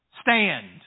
Stand